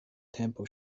tempo